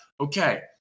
okay